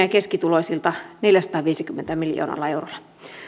ja keskituloisilta neljälläsadallaviidelläkymmenellä miljoonalla eurolla